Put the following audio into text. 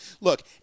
look